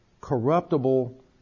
corruptible